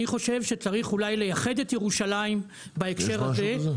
אני חושב שצריך אולי לייחד את ירושלים בהקשר הזה,